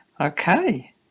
okay